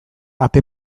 ate